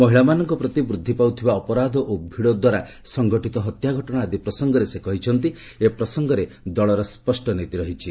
ମହିଳାମାନଙ୍କ ପ୍ରତି ବୃଦ୍ଧି ପାଉଥିବା ଅପରାଧ ଓ ଭିଡ଼ଦ୍ୱାରା ସଙ୍ଗଠିତ ହତ୍ୟା ଘଟଣା ଆଦି ପ୍ରସଙ୍ଗରେ ସେ କହିଛନ୍ତି ଏ ପ୍ରସଙ୍ଗରେ ଦଳର ସ୍ୱଷ୍ଟ ନୀତି ରହିଛି